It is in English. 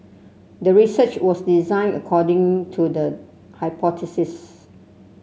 the research was designed according to the hypothesis